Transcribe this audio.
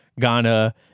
Ghana